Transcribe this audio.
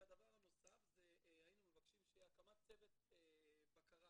הדבר הנוסף זה שהיינו מבקשים שיוקם צוות מעקב